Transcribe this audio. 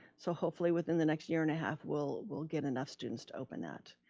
so hopefully within the next year and a half, we'll we'll get enough students to open that.